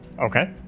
Okay